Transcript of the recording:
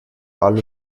allo